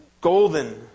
golden